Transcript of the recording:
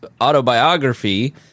autobiography